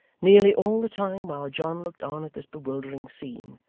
nearly all the time while john looked on at this bewildering scene,